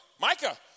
Micah